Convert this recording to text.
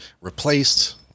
replaced